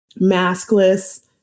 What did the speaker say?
maskless